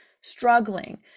struggling